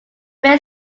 main